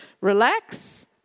Relax